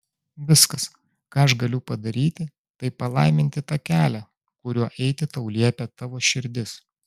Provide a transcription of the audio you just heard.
viskas ką aš galiu padaryti tai palaiminti tą kelią kuriuo eiti tau liepia tavo širdis